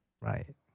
Right